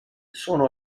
sono